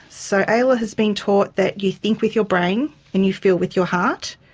so ayla has been taught that you think with your brain and you feel with your heart.